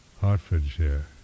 Hertfordshire